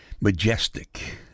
majestic